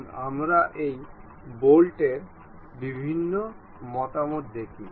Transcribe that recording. আসুন আমরা এই বোল্টের বিভিন্ন মতামত দেখি